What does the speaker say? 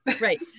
right